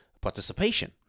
participation